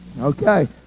okay